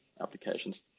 applications